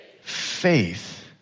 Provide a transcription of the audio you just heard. faith